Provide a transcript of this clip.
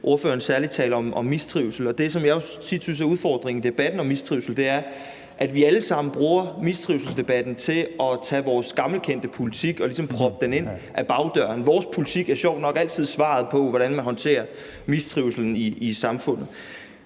ordføreren særligt tale om mistrivsel. Det, som jeg jo tit synes er udfordringen i debatten om mistrivsel, er, at vi alle sammen bruger mistrivselsdebatten til at tage vores gammelkendte politik og ligesom proppe den ind ad bagdøren. Vores politik er sjovt nok altid svaret på, hvordan man håndterer mistrivslen i samfundet.